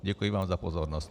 Děkuji vám za pozornost.